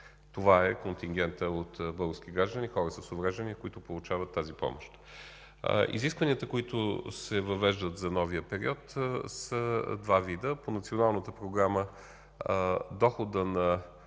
Това е контингентът от български граждани, които получават тази помощ. Изискванията, които се въвеждат за новия период, са два вида. По Националната програма доходът на